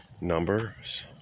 numbers